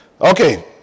Okay